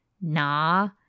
nah